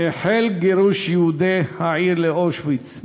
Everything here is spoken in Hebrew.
החל גירוש יהודי העיר לאושוויץ,